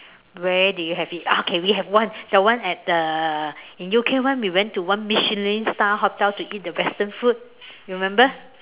where do you have it okay we have one that one at the in U_K [one] we went to one Michelin star hotel to eat the Western food you remember